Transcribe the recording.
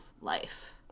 life